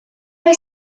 oedd